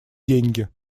деньги